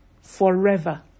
forever